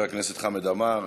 של חבר הכנסת חמד עמאר,